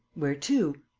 where to?